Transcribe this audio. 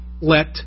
let